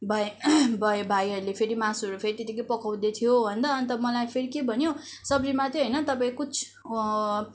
भइ भाइ भाइहरूले फेरि मासुहरू फेरि त्यतिकै पकाउँदै थियो होइन अन्त मलाई फेरि के भन्यो सब्जी मात्रै होइन तपाईँ कुछ